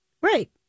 right